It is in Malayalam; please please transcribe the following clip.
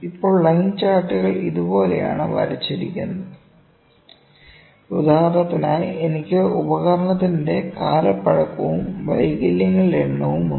ഇപ്പോൾ ലൈൻ ചാർട്ടുകൾ ഇതുപോലെയാണ് വരച്ചിരിക്കുന്നത് ഉദാഹരണത്തിന് എനിക്ക് ഉപകരണത്തിന്റെ കാലപ്പഴക്കവും വൈകല്യങ്ങളുടെ എണ്ണവും ഉണ്ട്